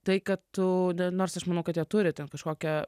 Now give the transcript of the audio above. tai kad tu nors aš manau kad turi ten kažkokią